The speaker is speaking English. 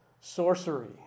sorcery